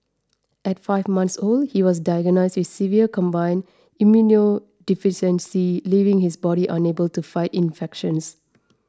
at five months old he was diagnosed severe combined immunodeficiency leaving his body unable to fight infections